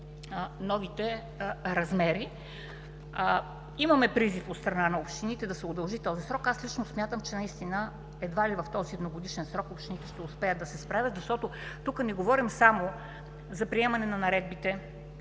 новите размери. Имаме призив от страна на общините да се удължи този срок. Аз лично смятам, че наистина едва ли в този едногодишен срок общините ще успеят да се справят, защото тук не говорим само за приемане на наредбите,